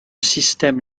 système